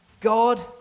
God